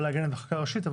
אבל לעגן בחקיקה ראשית,